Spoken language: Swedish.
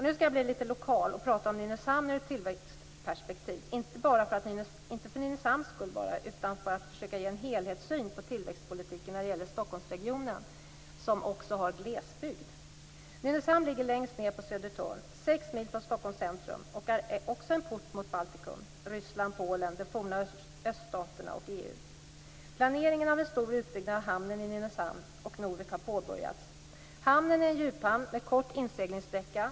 Nu skall jag bli mer lokal och prata om Nynäshamn ur ett tillväxtperspektiv, inte bara för Nynäshamns skull utan för att försöka att ge en helhetssyn på tillväxtpolitiken i Stockholmsregionen där det också ingår glesbygd. Nynäshamn ligger längs ned på Södertörn - sex mil från Stockholms centrum - och är också en port mot Baltikum, Ryssland, Polen, de forna öststaterna och EU. Planeringen av en stor utbyggnad av hamnen i Nynäshamn och Norvik har påbörjats. Hamnen är en djuphamn med kort inseglingssträcka.